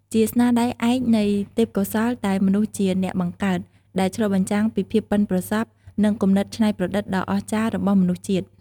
ជាស្នាដៃឯកនៃ ទេពកោសល្យដែលមនុស្សជាអ្នកបង្កើត ដែលឆ្លុះបញ្ចាំងពីភាពប៉ិនប្រសប់ និងគំនិតច្នៃប្រឌិតដ៏អស្ចារ្យរបស់មនុស្សជាតិ។